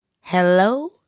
Hello